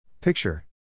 Picture